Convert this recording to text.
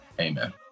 Amen